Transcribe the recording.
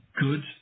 good